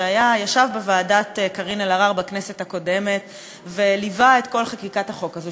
שישב בוועדת קארין אלהרר בכנסת הקודמת וליווה את כל חקיקת החוק הזה,